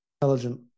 intelligent